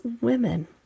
women